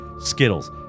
Skittles